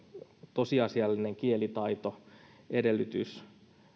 tosiasiallinen kielitaitoedellytys